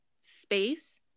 space